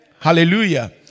hallelujah